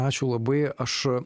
ačiū labai aš